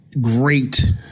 Great